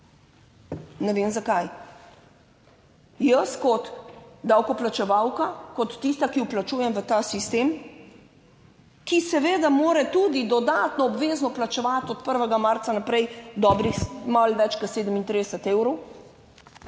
Ne vem, zakaj. Jaz kot davkoplačevalka, kot tista, ki vplačujem v ta sistem, ki seveda mora tudi dodatno obvezno plačevati od 1. marca naprej dobrih, malo več kot 37 evrov.